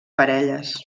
parelles